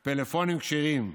אלפי פלאפונים כשרים,